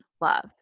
love